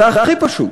זה הכי פשוט.